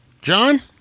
John